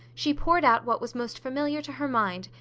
she poured out what was most familiar to her mind,